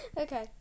Okay